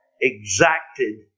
exacted